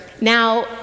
now